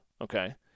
okay